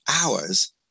hours